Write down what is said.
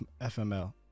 FML